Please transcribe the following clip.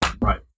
Right